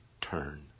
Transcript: turn